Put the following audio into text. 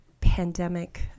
pandemic